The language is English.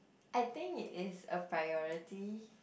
I think it is a priority